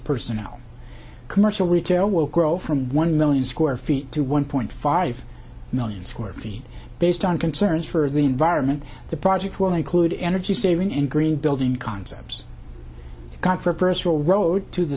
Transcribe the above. personnel commercial retail will grow from one million square feet to one point five million square feet based on concerns for the environment the project will include energy saving and green building concepts controversal road to the